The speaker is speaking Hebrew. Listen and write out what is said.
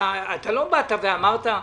אתה לא באת ואמרת: